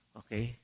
okay